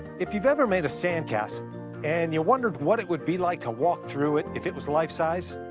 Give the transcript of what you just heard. if you've ever made a sand castle and wondered what it would be like to walk through it if it was life size,